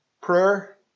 Prayer